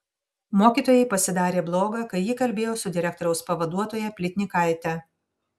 mokytojai pasidarė bloga kai ji kalbėjo su direktoriaus pavaduotoja plytnikaite